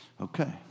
okay